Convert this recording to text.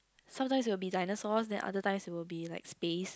sometimes will be dinosaurs then other times it will be like space